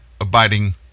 abiding